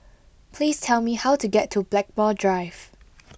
please tell me how to get to Blackmore Drive